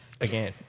Again